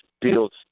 builds